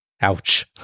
Ouch